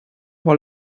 hall